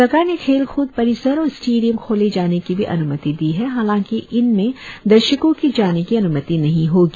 सरकार ने खेल कूद परिसर और स्टेडियम खोले जाने की भी अन्मति दी है हालांकि इनमें दर्शकों के जाने की अन्मति नहीं होगी